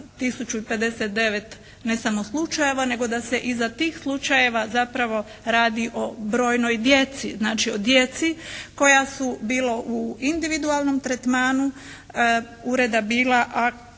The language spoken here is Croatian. i 59 ne samo slučajeva, nego da se iza tih slučajeva zapravo radi o brojnoj djeci. Znači, o djeci koja su bila u individualnom tretmanu ureda bila, a